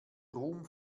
ruhm